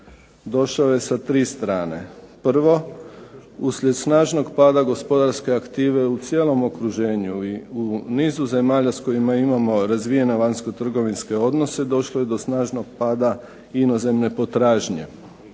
došao je sa tri strane. Prvo, uslijed snažnog pada gospodarske aktive u cijelom okruženju i u nizu zemalja s kojima imamo razvijene vanjsko-trgovinske odnose došlo je do snažnog pada inozemne potražnje.